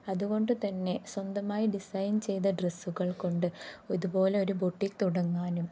അതുകൊണ്ടുതന്നെ സ്വന്തമായി ഡിസൈൻ ചെയ്ത ഡ്രസ്സുകൾകൊണ്ട് ഇതുപോലെ ഒരു ബൊട്ടിക് തുടങ്ങാനും